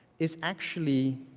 is actually